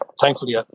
thankfully